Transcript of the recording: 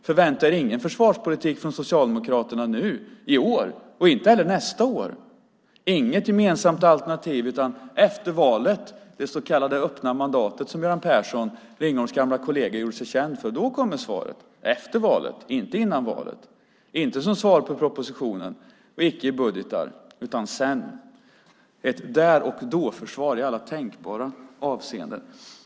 Förvänta er ingen försvarspolitik från Socialdemokraterna nu i år och inte nästa år, inget gemensamt alternativ utan efter valet i det så kallade öppna mandatet, som Göran Persson, Ringholms gamla kollega, gjorde sig känd för, kommer svaret. Det kommer efter valet, inte före valet, inte som svar på propositionen och icke i budgetar utan sedan, ett där och då-försvar i alla tänkbara avseenden.